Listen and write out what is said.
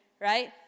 right